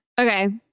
okay